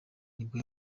nibwo